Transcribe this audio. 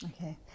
Okay